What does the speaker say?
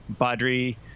Badri